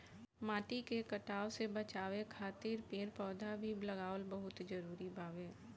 माटी के कटाव से बाचावे खातिर पेड़ पौधा भी लगावल बहुत जरुरी बावे